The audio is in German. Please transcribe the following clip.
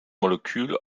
molekül